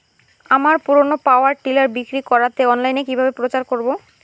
আমার পুরনো power tiller বিক্রি করাতে অনলাইনে কিভাবে প্রচার করব?